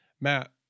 Matt